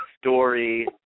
Story